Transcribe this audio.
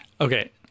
Okay